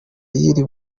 y’iri